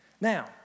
Now